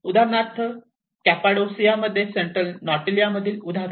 उदाहरणार्थ कॅपाडोसियामध्ये सेंट्रल नाटोलियामधील उदाहरण